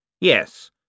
Yes